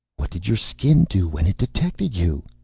what did your skin do when it detected you?